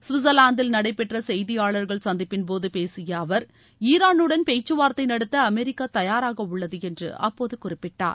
சுவிட்சர்லாந்தில் நடைபெற்ற செய்தியாளர்கள் சந்திப்பின்போது பேசிய அவர் ஈரானுடன் பேச்சுவார்த்தை நடத்த அமெரிக்கா தாயராக உள்ளது என்று அப்போது குறிப்பிட்டார்